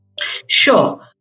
sure